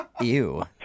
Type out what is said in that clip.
Ew